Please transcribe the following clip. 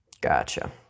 Gotcha